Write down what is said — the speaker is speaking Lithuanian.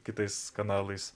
kitais kanalais